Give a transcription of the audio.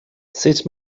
sut